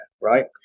right